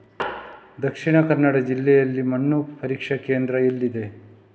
ದಕ್ಷಿಣ ಕನ್ನಡ ಜಿಲ್ಲೆಯಲ್ಲಿ ಮಣ್ಣು ಪರೀಕ್ಷಾ ಕೇಂದ್ರ ಎಲ್ಲಿದೆ?